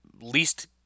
least